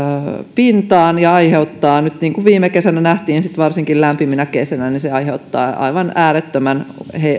pintaan ja aiheuttaa niin kuin viime kesänä nähtiin nyt sitten varsinkin lämpiminä kesinä aivan äärettömän